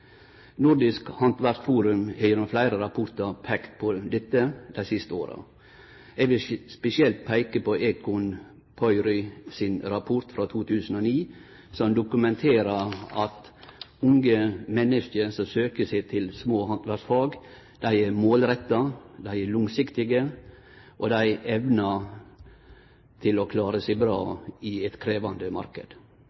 Nordisk Håndverksforum har gjennom fleire rapportar peikt på dette dei siste åra. Eg vil spesielt peike på Econ Pöyry sin rapport frå 2009, som dokumenterer at unge menneske som søkjer seg til små handverksfag, er målretta og langsiktige og evnar å klare seg bra